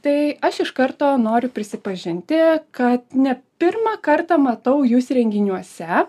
tai aš iš karto noriu prisipažinti kad ne pirmą kartą matau jus renginiuose